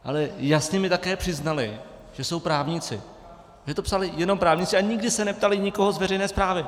Ale jasně mi také přiznali, že jsou právníci, že to psali jenom právníci a nikdy se neptali nikoho z veřejné správy.